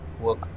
work